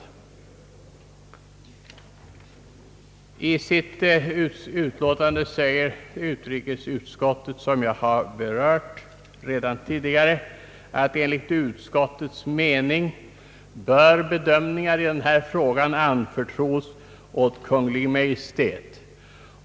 I sitt utlåtande skriver bevillningsutskottet, som jag tidigare framhöll, att enligt utskottets mening bör bedömandena härvidlag kunna anförtros åt Kungl. Maj:t.